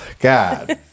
god